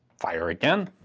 fire again,